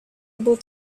able